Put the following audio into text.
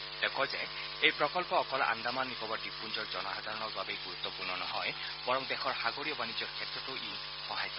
তেওঁ কয় যে এই প্ৰকল্প অকল আন্দামান নিকোবৰ দ্বীপপুঞ্জৰ জনসাধাৰণৰ বাবেই গুৰুত্বপূৰ্ণ নহয় বৰং দেশৰ সাগৰীয় বাণিজ্যৰ ক্ষেত্ৰতো ই সহায় কৰিব